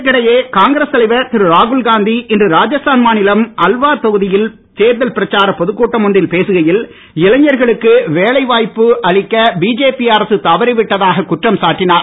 இதற்கிடையே காங்கிரஸ் தலைவர் திரு ராகுல்காந்தி இன்று ராஜஸ்தான் மாநிலம் அல்வார் தொகுதியில் தேர்தல் பிரச்சாரப் பொதுக் கூட்டம் ஒன்றில் பேசுகையில் இளைஞர்களுக்கு வேலை வாய்ப்பு அளிக்க பிஜேபி அரசு தவறிவிட்டதாக்க் குற்றம் சாட்டினார்